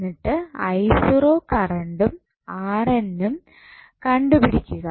എന്നിട്ട് കറണ്ടും ഉം കണ്ടു പിടിക്കുക